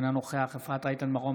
אינו נוכח אפרת רייטן מרום,